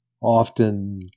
often